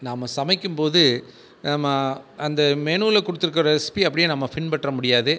நாம சமைக்கும்போது நம்ம அந்த மெனுவில கொடுத்துருக்க ரெசிப்பியை அப்படியே நம்ம பின்பற்ற முடியாது